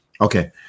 Okay